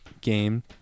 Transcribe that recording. game